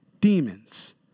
Demons